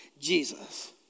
Jesus